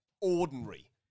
ordinary